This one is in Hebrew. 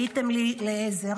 הייתם לי לעזר.